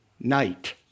night